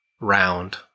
round